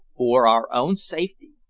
for our own safety.